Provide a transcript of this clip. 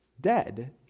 dead